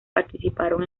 participan